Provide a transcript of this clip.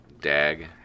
Dag